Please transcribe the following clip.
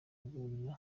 kuganira